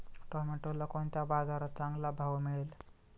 टोमॅटोला कोणत्या बाजारात चांगला भाव मिळेल?